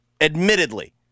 admittedly